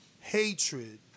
hatred